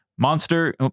Monster